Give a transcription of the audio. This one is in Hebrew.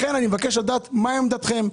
לכן, אני מבקש לדעת מה עמדתכם.